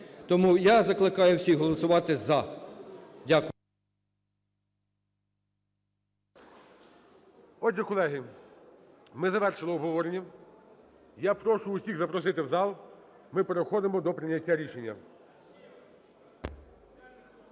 Тому я закликаю всіх голосувати "за". Дякую. ГОЛОВУЮЧИЙ. Отже, колеги, ми завершили обговорення. Я прошу усіх запросити в зал, ми переходимо до прийняття рішення.